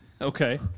Okay